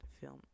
film